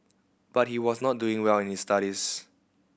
but he was not doing well in his studies